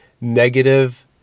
negative